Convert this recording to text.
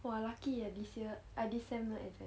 !wah! lucky R_H this year I this sem no exam